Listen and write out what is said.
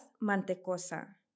mantecosa